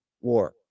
war